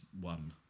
one